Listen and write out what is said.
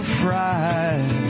fried